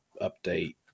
update